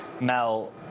Mel